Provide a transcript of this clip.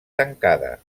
tancada